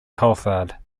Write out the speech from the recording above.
coulthard